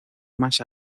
más